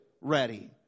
ready